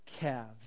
calves